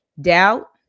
doubt